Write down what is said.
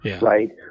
right